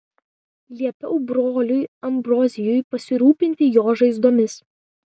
liepiau broliui ambrozijui pasirūpinti jo žaizdomis